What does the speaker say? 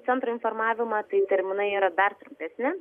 centro informavimą tai terminai yra dar trumpesni